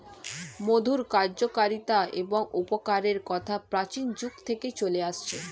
মধুর কার্যকারিতা এবং উপকারের কথা প্রাচীন যুগ থেকে চলে আসছে